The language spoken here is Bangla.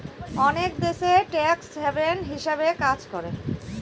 অনেক দেশ ট্যাক্স হ্যাভেন হিসাবে কাজ করে